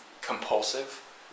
compulsive